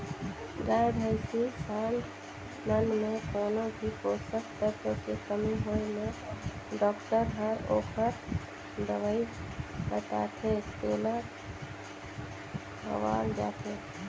गाय, भइसी, सांड मन में कोनो भी पोषक तत्व के कमी होय ले डॉक्टर हर ओखर दवई बताथे तेला खवाल जाथे